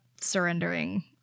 surrendering